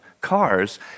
cars